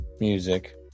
music